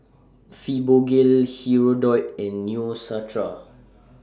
Fibogel Hirudoid and Neostrata